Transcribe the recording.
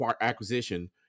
acquisition